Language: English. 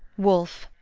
wolfe,